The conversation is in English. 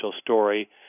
story